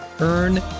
Earn